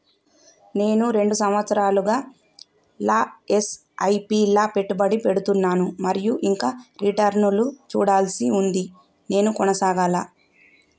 నేను రెండు సంవత్సరాలుగా ల ఎస్.ఐ.పి లా పెట్టుబడి పెడుతున్నాను మరియు ఇంకా రిటర్న్ లు చూడాల్సి ఉంది నేను కొనసాగాలా?